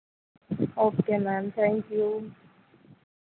okay ma'am thank you